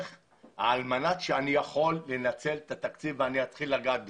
כדי שאוכל לנצל את התקציב ולגעת בזה.